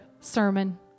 sermon